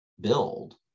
build